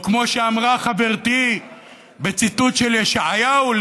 או כמו שאמרה חברתי בציטוט של ישעיהו,